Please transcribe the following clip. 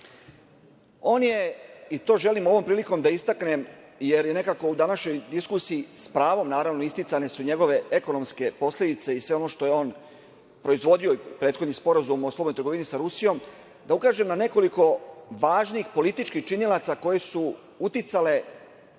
je, i to želim ovom prilikom da istaknem, jer nekako u današnjim diskusijama, s pravom su isticane njegove ekonomske posledice i sve ono što je on proizvodio, prethodni Sporazum o slobodnoj trgovini sa Rusijom, da ukažem na nekoliko važnih političkih činilaca koji su uticali